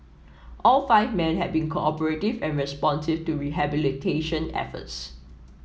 all five men had been cooperative and responsive to rehabilitation efforts